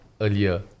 Earlier